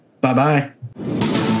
bye-bye